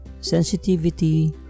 sensitivity